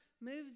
moves